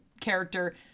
character